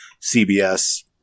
CBS